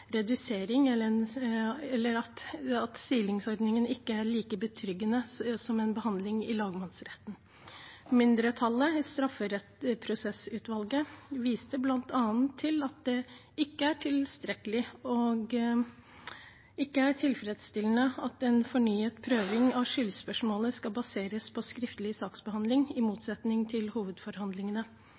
redusering – eller silingsordningen – ikke er like betryggende som en behandling i lagmannsretten. Mindretallet i straffeprosessutvalget viste bl.a. til at det ikke er tilstrekkelig eller tilfredsstillende at en fornyet prøving av skyldspørsmålet skal baseres på skriftlig saksbehandling, i motsetning til hovedforhandlingene.